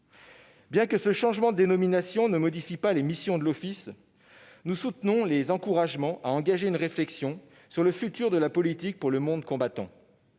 Bien que ce changement de dénomination ne modifie pas les missions de l'Office, nous soutenons les encouragements à engager une réflexion sur le futur de la politique pour le monde combattant.